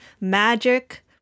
Magic